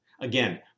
Again